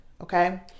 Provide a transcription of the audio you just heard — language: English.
Okay